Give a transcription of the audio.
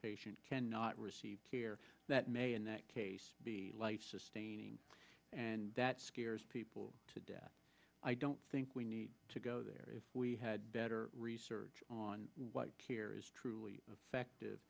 patient cannot receive care that may in that case be life sustaining and that scares people to death i don't think we need to go there if we had better research on what care is truly effective